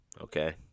okay